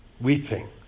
weeping